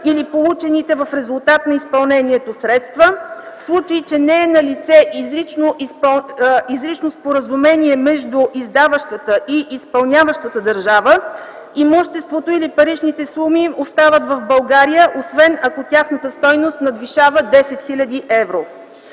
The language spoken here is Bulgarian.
или получените в резултат на изпълнението средства. В случай, че не е налице изрично споразумение между издаващата и изпълняващата държава, имуществото или паричните суми остават в България, освен ако тяхната стойност надвишава 10 хил. евро.